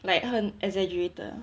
like 很 exaggerated ah